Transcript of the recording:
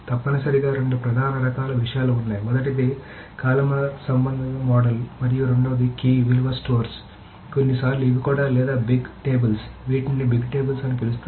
తప్పనిసరిగా రెండు ప్రధాన రకాల విషయాలు ఉన్నాయి మొదటిది కాలుమనార్ సంబంధ మోడల్ మరియు రెండవది కీ విలువ స్టోర్స్ కొన్నిసార్లు ఇవి కూడా లేదా బిగ్ టేబుల్స్ వీటిని బిగ్ టేబుల్స్ అని పిలుస్తారు